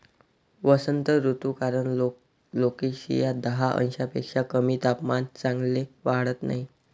वसंत ऋतू कारण कोलोकेसिया दहा अंशांपेक्षा कमी तापमानात चांगले वाढत नाही